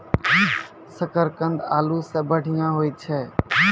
शकरकंद आलू सें बढ़िया होय छै